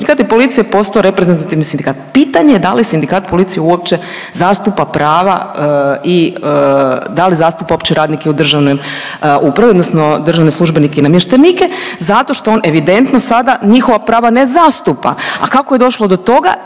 sindikat je policije postao reprezentativni sindikat, pitanje je da li sindikat policije uopće zastupa prava i da li zastupa uopće radnike u državnoj upravi odnosno državne službenike i namještenike zato što on evidentno sada njihova prava ne zastupa, a kako je došlo do toga?